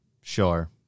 Sure